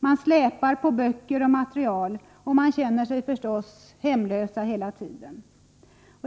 Man släpar på böcker och materiel och känner sig förstås hemlös hela tiden.